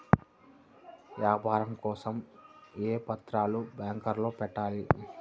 వ్యాపారం కోసం ఏ పత్రాలు బ్యాంక్లో పెట్టాలి?